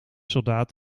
soldaat